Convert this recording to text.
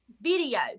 video